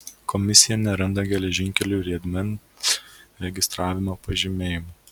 komisija neranda geležinkelių riedmens registravimo pažymėjimų